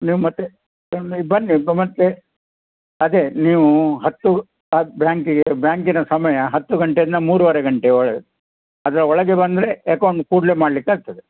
ನೀವು ಮತ್ತೆ ನೀವು ಬನ್ನಿ ಬ ಮತ್ತೆ ಅದೇ ನೀವು ಹತ್ತು ಬ್ಯಾಂಕಿಗೆ ಬ್ಯಾಂಕಿನ ಸಮಯ ಹತ್ತು ಗಂಟೆಯಿಂದ ಮೂರೂವರೆ ಗಂಟೆ ಒಳಗೆ ಅದರ ಒಳಗೆ ಬಂದರೆ ಎಕೌಂಟ್ ಕೂಡಲೆ ಮಾಡಲಿಕ್ಕಾಗ್ತದೆ